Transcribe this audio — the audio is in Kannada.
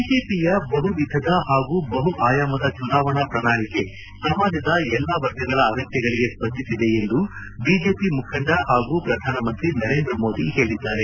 ಬಿಜೆಪಿಯ ಬಹು ವಿಧದ ಹಾಗೂ ಬಹು ಆಯಾಮದ ಚುನಾವಣಾ ಪ್ರಣಾಳಿಕೆ ಸಮಾಜದ ಎಲ್ಲಾ ವರ್ಗಗಳ ಅಗತ್ವಗಳಿಗೆ ಸ್ವಂದಿಸಿದೆ ಎಂದು ಹಿರಿಯ ಬಿಜೆಪಿ ಮುಖಂಡ ಹಾಗೂ ಪ್ರಧಾನಮಂತ್ರಿ ನರೇಂದ್ರ ಮೋದಿ ಹೇಳಿದ್ದಾರೆ